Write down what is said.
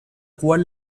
cual